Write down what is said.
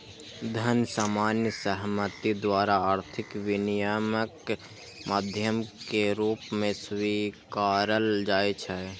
धन सामान्य सहमति द्वारा आर्थिक विनिमयक माध्यम के रूप मे स्वीकारल जाइ छै